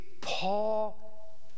Paul